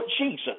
Jesus